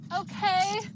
okay